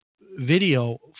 video